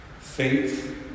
faith